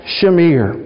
Shemir